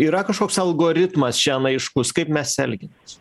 yra kažkoks algoritmas šian aiškus kaip mes elgiamės